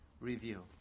review